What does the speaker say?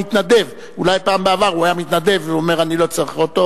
היה מתנדב והיה אומר: אני לא צריך אוטו.